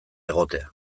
egotea